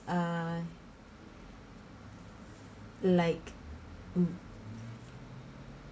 uh like mm